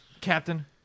Captain